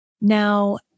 Now